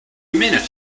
minute